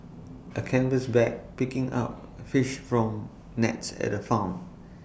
A canvas bag picking up fish from nets at A farm